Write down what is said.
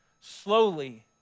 slowly